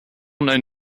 known